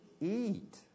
Eat